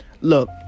Look